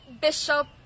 Bishop